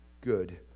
good